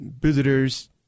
visitors